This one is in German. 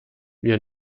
wir